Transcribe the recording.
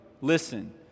listen